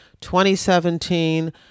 2017